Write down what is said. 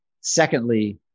secondly